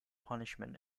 punishment